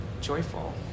joyful